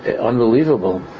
unbelievable